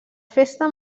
festa